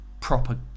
proper